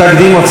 כן, כן.